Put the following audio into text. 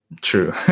True